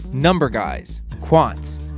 number guys, quants,